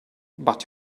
but